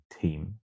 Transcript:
team